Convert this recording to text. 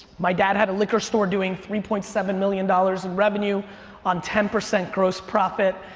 my dad had a liquor store doing three point seven million dollars in revenue on ten percent gross profit.